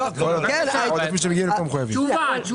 תשובה.